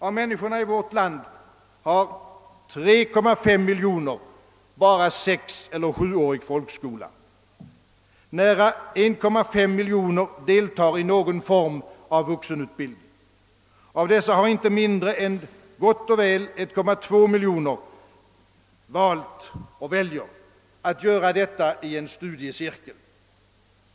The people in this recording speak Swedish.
Av människorna i vårt land har 3,5 miljoner bara 6 eller 7-årig folkskola. Nära 1,5 miljoner deltar i någon form av vuxenutbildning. Av dessa har inte mindre än gott och väl 1,2 mil joner valt att göra detta i en studiecirkel.